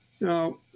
Now